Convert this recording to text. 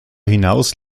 hinaus